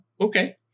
okay